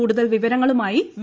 കൂടുതൽ വിവരങ്ങളുമായി വി